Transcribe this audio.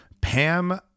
Pam